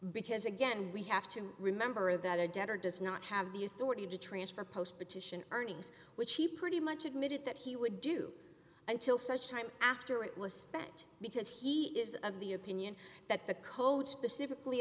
because again we have to remember that a debtor does not have the authority to transfer post petition earnings which he pretty much admitted that he would do until such time after it was spent because he is of the opinion that the code specifically